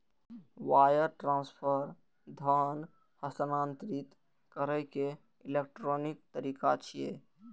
wire transfer धन हस्तांतरित करै के इलेक्ट्रॉनिक तरीका छियै